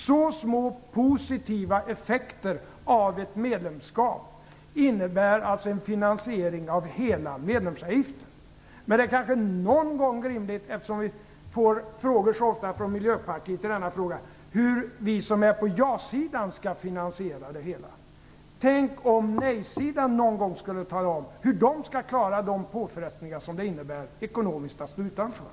Bara en liten positiv effekt av ett medlemskap innebär alltså en finansiering av hela medlemsavgiften. Men eftersom vi på ja-sidan så ofta får frågor från Miljöpartiet de gröna om hur vi tänker finansiera det hela vore det rimligt att ni på nej-sidan någon gång talade om hur ni skall klara de påfrestningar som det innebär ekonomiskt att stå utanför.